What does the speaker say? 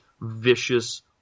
vicious